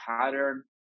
pattern